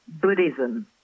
Buddhism